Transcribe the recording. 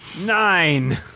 Nine